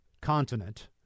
continent